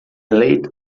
late